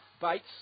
Bates